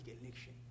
election